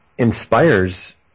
Inspires